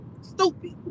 Stupid